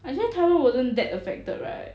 actually taiwan wasn't that affected right